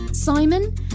Simon